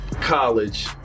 college